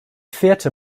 theater